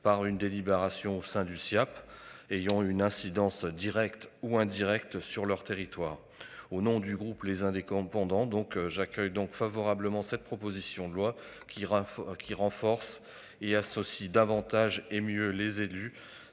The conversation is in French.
par une délibération au sein du Siaap ayant une incidence directe ou indirecte sur leur territoire. Au nom du groupe les uns des correspondants donc j'accueille donc favorablement cette proposition de loi qui. Qui renforce et associe davantage et mieux les élus.